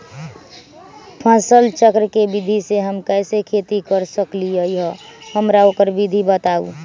फसल चक्र के विधि से हम कैसे खेती कर सकलि ह हमरा ओकर विधि बताउ?